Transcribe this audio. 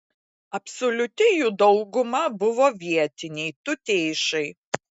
absoliuti jų dauguma buvo vietiniai tuteišai